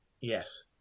Yes